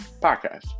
podcast